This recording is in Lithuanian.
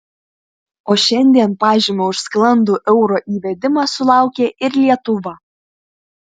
o šiandien pažymio už sklandų euro įvedimą sulaukė ir lietuva